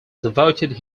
devoted